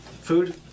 Food